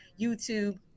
YouTube